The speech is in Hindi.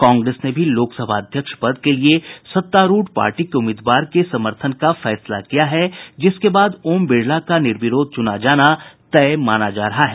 कांग्रेस ने भी लोकसभा अध्यक्ष पद के लिए सत्तारूढ़ पार्टी के उम्मीदवार के समर्थन का फैसला किया है जिसके बाद ओम बिड़ला का निर्विरोध चुना जाना तय माना जा रहा है